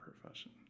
profession